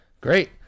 Great